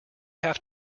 have